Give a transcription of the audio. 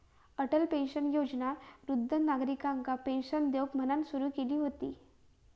Atal pension योजना वृद्ध नागरिकांका पेंशन देऊक म्हणान सुरू केली हुती